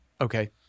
Okay